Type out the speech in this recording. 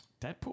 Deadpool